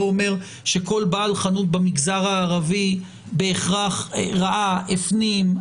אומר שכל בעל חנות במגזר הערבי בהכרח ראה והפנים.